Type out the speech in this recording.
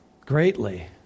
greatly